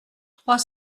trois